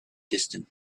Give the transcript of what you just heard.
distant